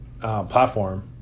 platform